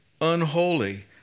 unholy